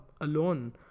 alone